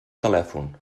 telèfon